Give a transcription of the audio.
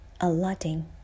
Aladdin